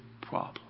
problem